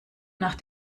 nach